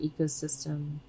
ecosystem